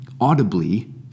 audibly